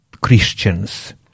Christians